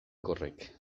horrek